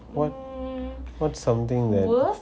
what what something that